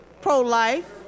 pro-life